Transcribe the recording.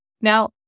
Now